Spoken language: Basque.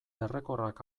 errekorrak